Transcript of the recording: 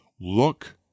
Look